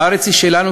הארץ היא שלנו,